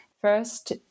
First